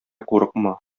курыкма